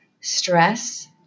stress